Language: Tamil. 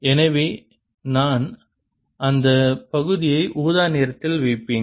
எனவே நான் அந்த பகுதியை ஊதா நிறத்தில் வைப்பேன்